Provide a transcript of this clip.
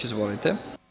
Izvolite.